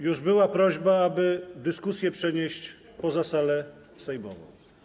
Już była prośba, aby dyskusje przenieść poza salę sejmową.